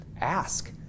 ask